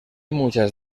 muchas